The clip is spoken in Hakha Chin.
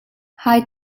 hai